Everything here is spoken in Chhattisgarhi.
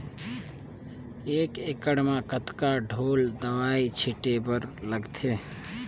एक एकड़ म कतका ढोल दवई छीचे बर लगथे?